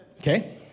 Okay